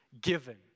Given